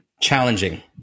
challenging